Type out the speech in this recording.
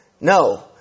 No